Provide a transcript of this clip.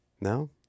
no